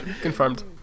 confirmed